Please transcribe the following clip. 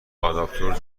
آداپتور